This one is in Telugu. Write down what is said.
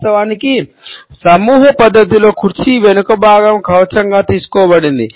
వాస్తవానికి సమూహ పరిస్థితిలో కుర్చీ వెనుక భాగం కవచంగా తీసుకోబడింది